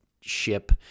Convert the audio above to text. ship